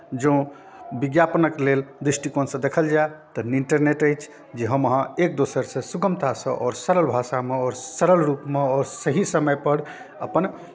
जँ विज्ञापनक लेल दृष्टिकोणसँ देखल जाय तऽ इंटरनेट अछि जे हम अहाँ एक दोसरसँ सुगमतासँ आओर सरल भाषामे आओर सरल रूपमे आओर सही समयपर अपन